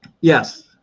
Yes